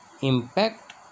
impact